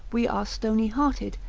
we are stony-hearted,